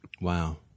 Wow